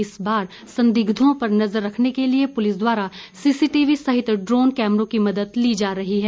इस बार संदिग्धो पर नजर रखने के लिए पुलिस द्वारा सीसीटीवी सहित ड्रोन कैमरो की मदद ली जा रही है